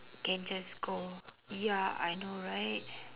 can just go ya I know right